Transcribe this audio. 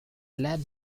lead